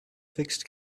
fixed